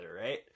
right